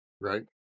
right